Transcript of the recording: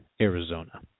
Arizona